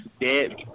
dead